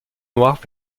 noires